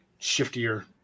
shiftier –